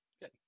Good